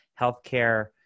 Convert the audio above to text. healthcare